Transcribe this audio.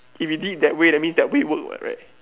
if you did it that way that means that it work what right